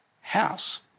house